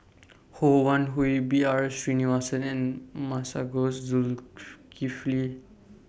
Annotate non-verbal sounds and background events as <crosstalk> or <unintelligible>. Ho Wan Hui B R Sreenivasan and Masagos <unintelligible>